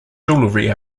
jewellery